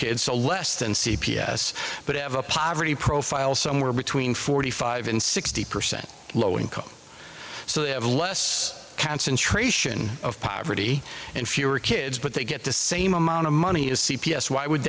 kids a less than c p s but have a poverty profile somewhere between forty five and sixty percent low income so they have less concentration of poverty and fewer kids but they get the same amount of money as c p s why would